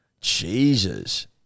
Jesus